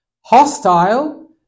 Hostile